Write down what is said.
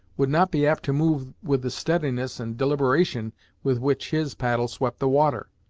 would not be apt to move with the steadiness and deliberation with which his paddle swept the water.